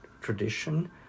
tradition